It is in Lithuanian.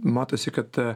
matosi kad